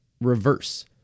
reverse